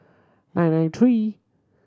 nine nine three